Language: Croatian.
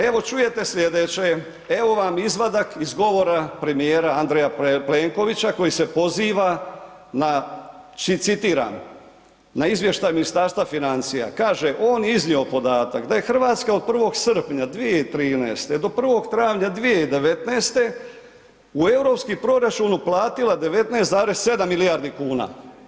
Evo čujete slijedeće, evo vam izvadak iz govora premijera Andreja Plenkovića koji se poziva na citiram, na izvještaj Ministarstva financija, kaže, on je iznio podatak da je Hrvatska od 1. srpnja 2013. do 1. travnja 2019. u europski proračun uplatila 19,7 milijardi kuna.